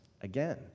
again